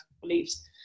beliefs